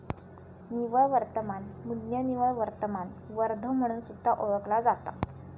निव्वळ वर्तमान मू्ल्य निव्वळ वर्तमान वर्थ म्हणून सुद्धा ओळखला जाता